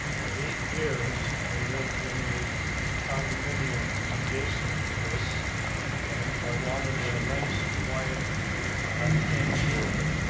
for eight years, i lived in the condominium adjacent to this and i wanted nice quiet end unit.